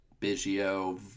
Biggio